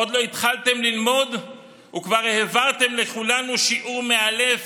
עוד לא התחלתם ללמוד וכבר העברתם לכולנו שיעור מאלף